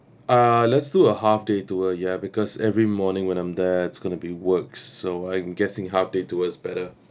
uh let's do a half day tour ya because every morning when I'm there it's going to be works so I'm guessing half day tour is better